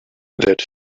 that